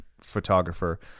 photographer